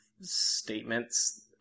statements